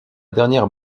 dernière